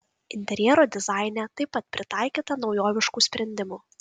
interjero dizaine taip pat pritaikyta naujoviškų sprendimų